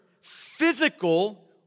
physical